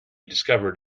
discovered